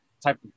type